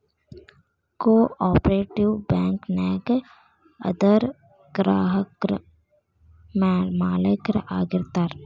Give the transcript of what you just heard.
co operative bank ನ್ಯಾಗ ಅದರ್ ಗ್ರಾಹಕ್ರ ಮಾಲೇಕ್ರ ಆಗಿರ್ತಾರ